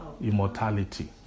immortality